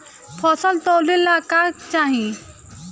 फसल तौले ला का चाही?